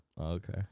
Okay